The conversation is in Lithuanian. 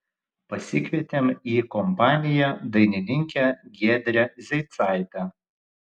pasikvietėm į kompaniją dainininkę giedrę zeicaitę